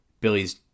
billy's